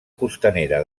costanera